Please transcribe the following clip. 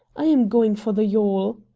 i am going for the yawl.